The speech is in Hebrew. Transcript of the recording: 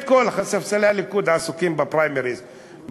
כל ספסלי הליכוד עסוקים בפריימריז,